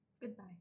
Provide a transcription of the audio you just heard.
Goodbye